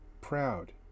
proud